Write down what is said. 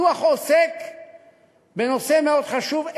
הדוח עוסק בנושא מאוד חשוב,